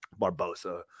Barbosa